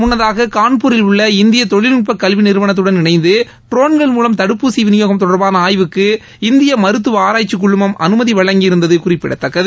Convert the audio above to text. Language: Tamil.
முன்னதாக கான்பூரில் உள்ள இந்திய தொழில்நுட்பக் கல்வி நிறுவனத்தடன் இணைந்து ட்ரோன்கள் மூலம் தடுப்பூசி விநியோகம் தொடர்பான ஆய்வுக்கு இந்திய மருத்துவ ஆராய்ச்சிக் குழுமம் அனுமதி வழங்கியிருந்தது குறிப்பிடத்தக்கது